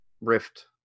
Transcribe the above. rift